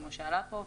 כמו שעלה פה.